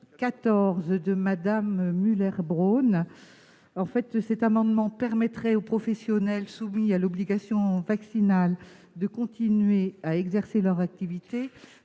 de Mme Muller-Bronn tend à permettre aux professionnels soumis à l'obligation vaccinale de continuer à exercer leur activité